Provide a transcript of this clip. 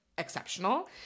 exceptional